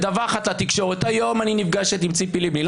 מדווחת לתקשורת: היום אני נפגשת עם ציפי לבני.